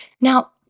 Now